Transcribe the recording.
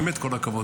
באמת כל הכבוד.